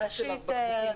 ראשית,